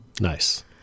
Nice